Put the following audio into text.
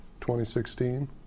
2016